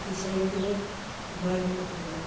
বিচাৰি আহিলে